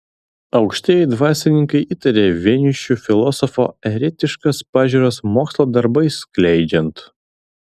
aukštieji dvasininkai įtarė vienišių filosofą eretiškas pažiūras mokslo darbais skleidžiant